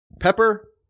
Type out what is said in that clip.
pepper